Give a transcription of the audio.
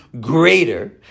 greater